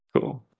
Cool